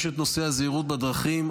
יש את נושא הזהירות בדרכים.